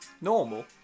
Normal